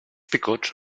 picots